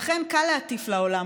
לכן קל להטיף לעולם,